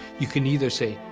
you can either say,